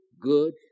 good